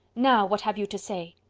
now what have you to say?